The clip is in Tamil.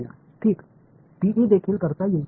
ஆகையால் அதைத் தேர்ந்தெடுக்க போகிறோம்